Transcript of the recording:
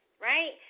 right